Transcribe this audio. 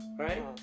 right